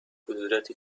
کدورتی